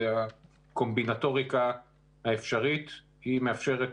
והקומבינטוריקה האפשרית מאפשרת,